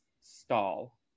stall